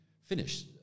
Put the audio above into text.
finish